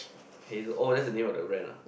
hazel oh that's the name of the brand ah